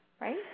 right